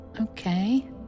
Okay